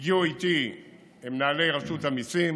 הגיעו איתי מנהלי רשות המיסים,